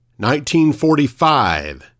1945